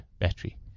battery